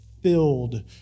filled